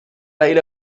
إلى